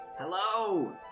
hello